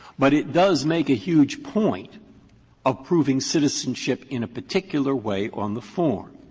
but it does make a huge point approving citizenship in a particular way on the form.